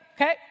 Okay